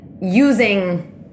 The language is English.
using